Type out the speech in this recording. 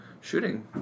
shooting